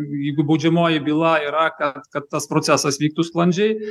jeigu baudžiamoji byla yra kad kad tas procesas vyktų sklandžiai